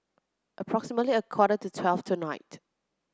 approximately a quarter to twelve tonight